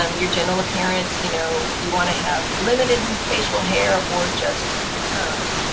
um your general appearance, you know, you want to have limited and facial hair or just um